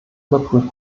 überprüft